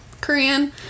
korean